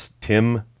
Tim